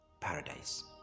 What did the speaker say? paradise